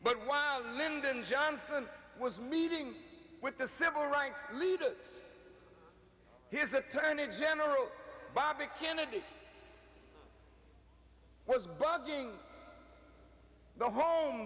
but while lyndon johnson was meeting with the civil rights leaders his attorney general bobby kennedy was bugging the home